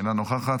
אינה נוכחת,